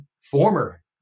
former